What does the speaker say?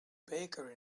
baker